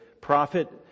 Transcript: prophet